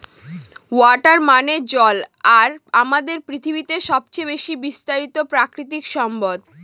water মানে জল আর আমাদের পৃথিবীতে সবচেয়ে বেশি বিস্তারিত প্রাকৃতিক সম্পদ